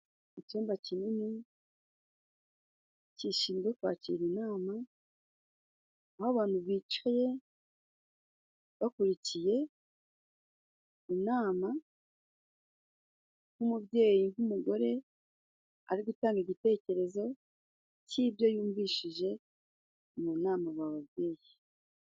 Icyumba kinini gishinzwe kwakira inama aho abantu bicaye bakurikiye inama. Nk'umubyeyi, nk'umugore, ari gutanga igitekerezo cy'ibyo yumvishije mu nama bababwiye.